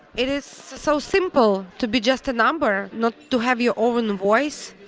it is so simple to be just a number, not to have your own voice,